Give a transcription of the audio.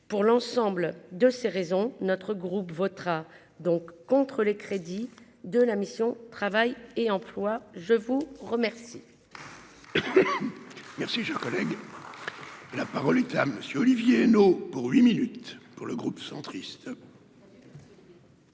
pour l'ensemble de ces raisons, notre groupe votera donc contre les crédits de la mission Travail et emploi je vous remercie. Merci, j'ai un collègue, la parole est à monsieur Olivier Henno pour huit minutes pour le groupe centriste.